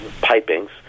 pipings